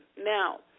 Now